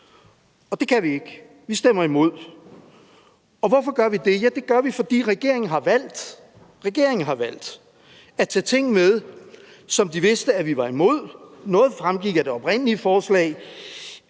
men det kan vi ikke. Vi stemmer imod. Og hvorfor gør vi det? Det gør vi, fordi regeringen har valgt – regeringen har valgt – at tage ting med, som de vidste vi var imod. Noget fremgik af det oprindelige forslag: